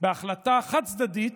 בהחלטה חד-צדדית